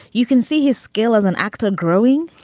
you can see his skill as an actor growing.